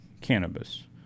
cannabis